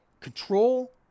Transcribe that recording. Control